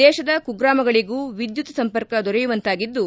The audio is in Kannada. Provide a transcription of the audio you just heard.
ದೇಶದ ಕುಗ್ರಾಮಗಳಗೂ ವಿದ್ಯುತ್ ಸಂಪರ್ಕ ದೊರೆಯುವಂತಾಗಿದ್ದು